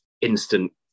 instant